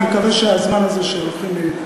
אני מקווה שהזמן הזה שלוקחים לי,